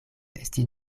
esti